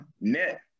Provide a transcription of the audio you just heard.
net